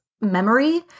memory